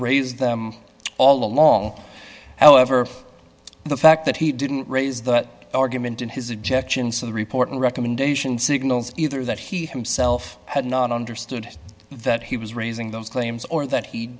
raised all along however the fact that he didn't raise that argument in his objections to the report and recommendation signals either that he himself had not understood that he was raising those claims or that he